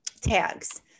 tags